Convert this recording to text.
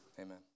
amen